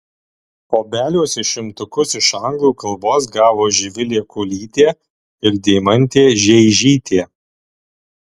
obeliuose šimtukus iš anglų kalbos gavo živilė kulytė ir deimantė žeižytė